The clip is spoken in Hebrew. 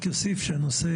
רק נוסיף